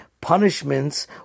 punishments